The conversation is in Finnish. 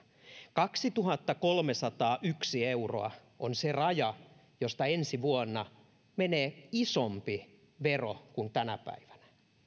kaksituhattakolmesataayksi euroa on se raja josta ensi vuonna menee isompi vero kuin tänä päivänä